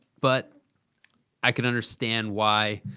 but i can understand why.